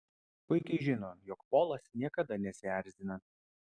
puikiai žino jog polas niekada nesierzina